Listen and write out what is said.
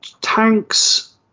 tanks